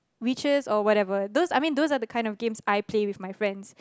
witches or whatever those I mean those are the games I play with my friends